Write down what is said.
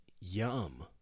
Yum